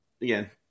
Again